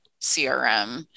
crm